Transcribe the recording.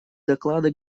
доклада